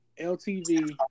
LTV